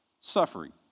Suffering